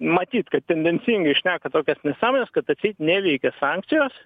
matyt kad tendencingai šneka tokias nesąmones kad atseit neveikia sankcijos